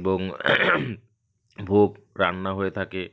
এবং ভোগ রান্না হয়ে থাকে